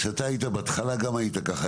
כשאתה היית בהתחלה גם היית כך,